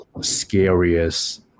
scariest